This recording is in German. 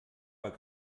war